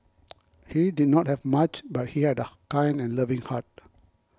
he did not have much but he had a kind and loving heart